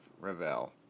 Ravel